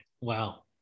Wow